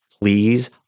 please